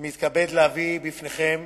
אני מתכבד להביא בפניכם